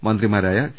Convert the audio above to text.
മന്ത്രിമാരായ ടി